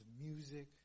music